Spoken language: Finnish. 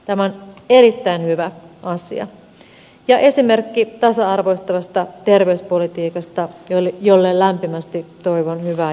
tämä on erittäin hyvä asia ja esimerkki tasa arvoistavasta terveyspolitiikasta jolle lämpimästi toivon hyvää jatkoa